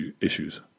issues